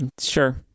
sure